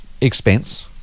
expense